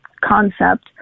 concept